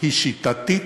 היא שיטתית,